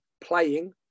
playing